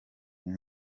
uyu